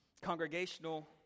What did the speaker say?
congregational